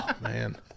man